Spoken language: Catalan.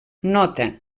nota